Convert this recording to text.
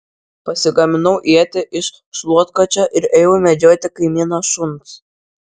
pasigaminau ietį iš šluotkočio ir ėjau medžioti kaimyno šuns